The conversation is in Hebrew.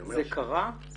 זה קרה?